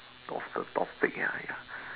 of the topic ya ya